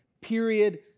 Period